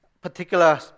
particular